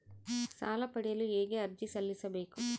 ಸಾಲ ಪಡೆಯಲು ಹೇಗೆ ಅರ್ಜಿ ಸಲ್ಲಿಸಬೇಕು?